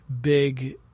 big